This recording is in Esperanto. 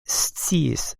sciis